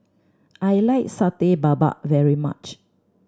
I like Satay Babat very much